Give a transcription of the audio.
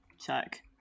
check